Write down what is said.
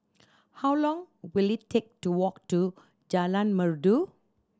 how long will it take to walk to Jalan Merdu